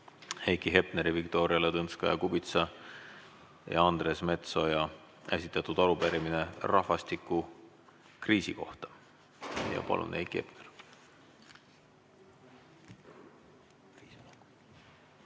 Heiki Hepneri, Viktoria Ladõnskaja-Kubitsa ja Andres Metsoja esitatud arupärimine rahvastikukriisi kohta. Palun, Heiki Hepner!